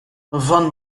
van